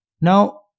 Now